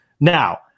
Now